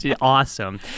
awesome